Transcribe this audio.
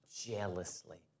jealously